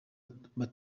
aburirwa